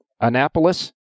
Annapolis